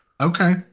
Okay